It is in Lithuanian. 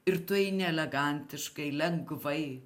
ir tu eini elegantiškai lengvai